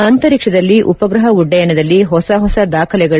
ಅಂತರಿಕ್ಷದಲ್ಲಿ ಉಪಗ್ರಹ ಉಡ್ಡಯನದಲ್ಲಿ ಹೊಸ ಹೊಸ ದಾಖಲೆಗಳು